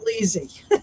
easy